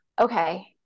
Okay